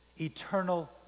eternal